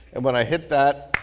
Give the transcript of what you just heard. and when i hit that,